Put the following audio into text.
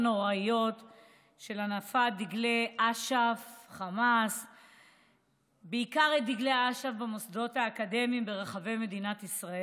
להיות למה בכלל צריך להיות מסוכן ליהודי במדינת ישראל